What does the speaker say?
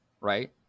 right